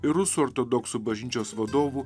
ir rusų ortodoksų bažnyčios vadovų